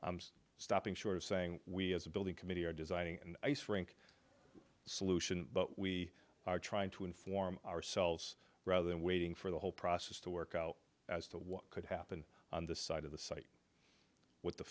stopping short of saying we as a building committee are designing an ice rink solution but we are trying to inform ourselves rather than waiting for the whole process to work out as to what could happen on the side of the site what the